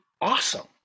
awesome